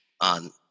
on